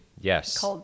Yes